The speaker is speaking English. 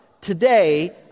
today